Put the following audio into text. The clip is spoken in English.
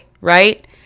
right